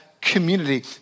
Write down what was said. community